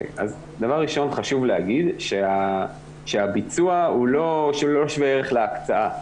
דבר ראשון חשוב להגיד שהביצוע הוא לא שווה ערך להקצאה.